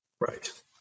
Right